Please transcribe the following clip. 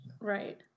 Right